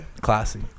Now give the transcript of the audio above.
classy